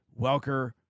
Welker